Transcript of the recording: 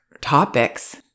topics